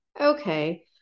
Okay